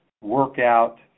workout